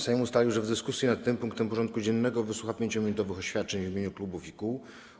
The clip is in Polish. Sejm ustalił, że w dyskusji nad tym punktem porządku dziennego wysłucha 5-minutowych oświadczeń w imieniu klubów i kół.